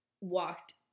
walked